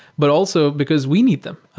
but also because we need them.